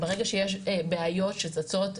ברגע שיש בעיות שצצות,